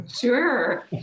sure